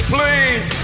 Please